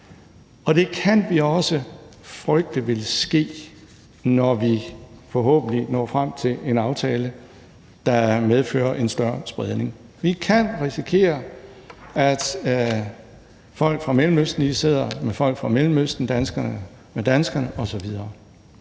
Og det kan vi også frygte vil ske, når vi forhåbentlig når frem til en aftale, der medfører en større spredning. Vi kan risikere, at folk fra Mellemøsten sidder med folk fra Mellemøsten, danskerne med danskerne osv.